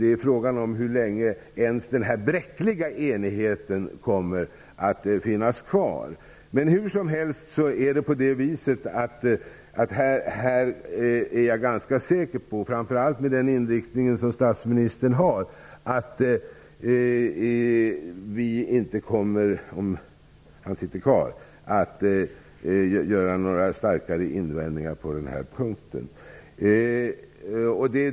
Frågan är hur länge ens den bräckliga enigheten kommer att bestå. Men hur som helst är jag ganska säker på -- framför allt med den inriktning som statsministern har, om han nu sitter kvar -- att vi inte kommer att göra några starkare invändningar på den här punkten.